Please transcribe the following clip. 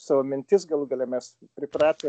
savo mintis galų gale mes pripratę